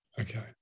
Okay